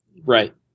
Right